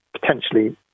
potentially